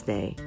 Day